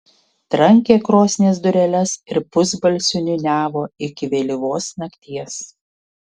trankė krosnies dureles ir pusbalsiu niūniavo iki vėlyvos nakties